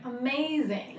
amazing